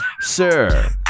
sir